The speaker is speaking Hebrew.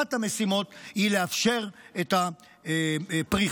אחת המשימות היא לאפשר את הפריחה,